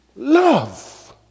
Love